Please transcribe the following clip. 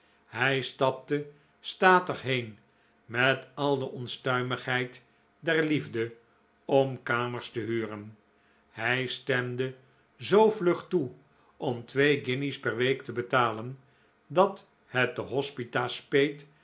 hij stapte statig heen met al de onstuimigheid der liefde om kamers te huren hij stemde zoo vlug toe om twee guinjes per week te betalen dat het de hospita